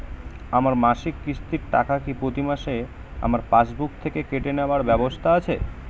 আমার মাসিক কিস্তির টাকা কি প্রতিমাসে আমার পাসবুক থেকে কেটে নেবার ব্যবস্থা আছে?